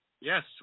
Yes